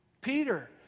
Peter